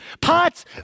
Pots